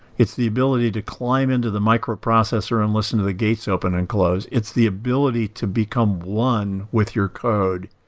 it's the ability to climb into the microprocessor and listen to the gates open and close. it's the ability to become one with your code,